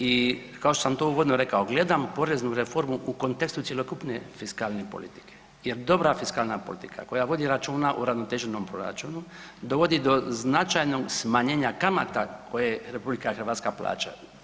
I kao što sam to uvodno rekao, gledam poreznu reformu u kontekstu cjelokupne fiskalne politike jer dobra fiskalna politika koja vodi računa o uravnoteženom proračunu dovodi do značajnog smanjenja kamata koje RH plaća.